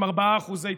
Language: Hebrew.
עם 4% תמיכה.